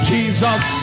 Jesus